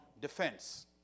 defense